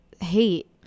hate